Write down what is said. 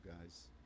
guys